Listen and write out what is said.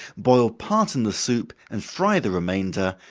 boil part in the soup, and fry the remainder,